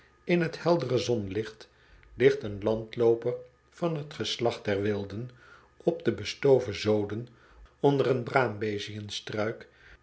in t heldere zonlicht ligt een landlooper van t geslacht der wilden op de bestoven zoden onder een